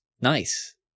Nice